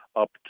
up